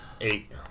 Eight